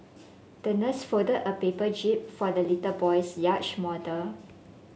the nurse folded a paper jib for the little boy's yacht model